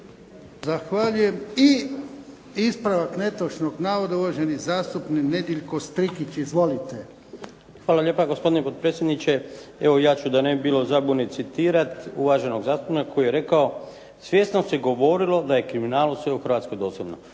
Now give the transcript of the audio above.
Zahvaljujem. I ispravak netočnog navoda uvaženi zastupnik Nedjeljko Strikić. Izvolite. **Strikić, Nedjeljko (HDZ)** Hvala lijepa gospodine potpredsjedniče. Evo ja ću da ne bi bilo zabune citirati uvaženog zastupnika koji je rekao, "svjesno se govorilo da je kriminalu sve u Hrvatskoj dozvoljeno".